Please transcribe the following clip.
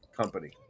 company